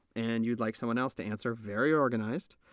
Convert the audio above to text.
and you'd like someone else to answer very organized,